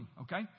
okay